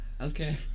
okay